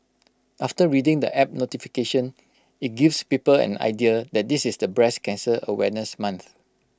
after reading the app notification IT gives people an idea that this is the breast cancer awareness month